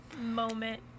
moment